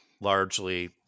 largely